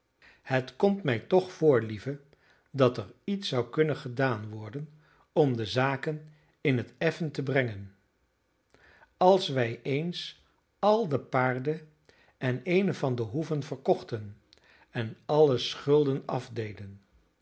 het komt mij toch voor lieve dat er iets zou kunnen gedaan worden om de zaken in het effen te brengen als wij eens al de paarden en eene van de hoeven verkochten en alle schulden afdeden